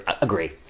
Agree